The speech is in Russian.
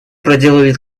проделали